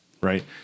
Right